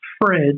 Fred